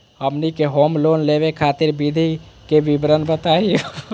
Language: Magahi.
हमनी के होम लोन लेवे खातीर विधि के विवरण बताही हो?